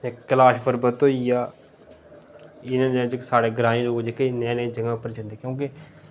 एक्क कैलाश पर्वत होई गेआ इनें जगहें च स्हाड़े ग्राएं लोग जेह्के नेही नेही जगह् जंदे उप्पर जंदे क्योंकि